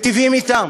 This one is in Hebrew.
מיטיבים אתם,